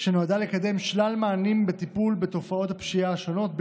שנועדה לקדם שלל מענים בטיפול בתופעות הפשיעה השונות,